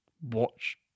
watch